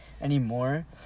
anymore